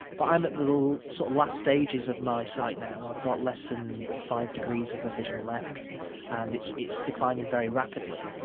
but i'm at the so last stages of my sight now, i've got less than five degrees of my vision left and it's it's declining very rapidly.